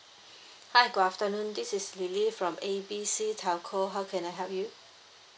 hi good afternoon this is lily from A B C telco how can I help you